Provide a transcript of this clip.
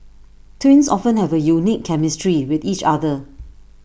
twins often have A unique chemistry with each other